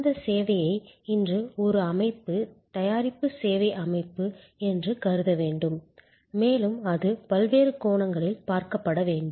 அந்த சேவையை இன்று ஒரு அமைப்பு தயாரிப்பு சேவை அமைப்பு என்று கருத வேண்டும் மேலும் அது பல்வேறு கோணங்களில் பார்க்கப்பட வேண்டும்